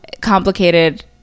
complicated